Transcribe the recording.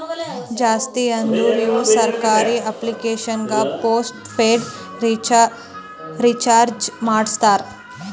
ಜಾಸ್ತಿ ಅಂದುರ್ ಇವು ಸರ್ಕಾರಿ ಆಫೀಸ್ನಾಗ್ ಪೋಸ್ಟ್ ಪೇಯ್ಡ್ ರೀಚಾರ್ಜೆ ಮಾಡಸ್ತಾರ